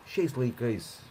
šiais laikais